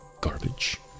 garbage